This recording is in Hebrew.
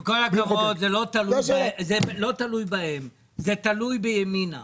עם כל הכבוד, זה לא תלוי בהם, זה תלוי בימינה.